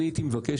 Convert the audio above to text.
הייתי מבקש,